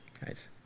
guys